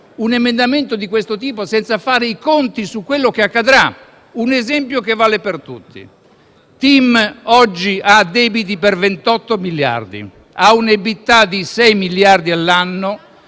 un emendamento di questo tipo senza fare i conti con quello che accadrà. Un esempio che vale per tutti: TIM oggi ha debiti per 28 miliardi, ha un EBITDA di 6 miliardi all'anno